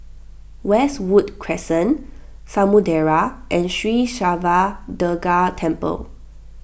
Westwood Crescent Samudera and Sri Siva Durga Temple